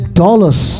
dollars